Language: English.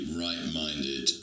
right-minded